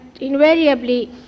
invariably